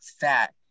fat